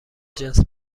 جنس